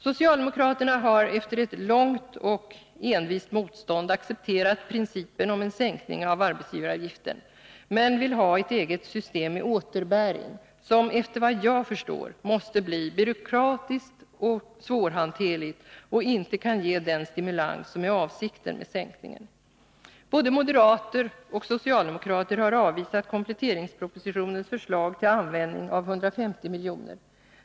Socialdemokraterna har efter långt och envist motstånd accepterat principen om en sänkning av arbetsgivaravgiften men vill ha ett eget system med återbäring, som efter vad jag förstår måste bli byråkratiskt och svårhanterligt och inte kan ge den stimulans som är avsikten med sänkningen. Både moderater och socialdemokrater har avvisat kompletteringspropositionens förslag till användning av 150 milj.kr.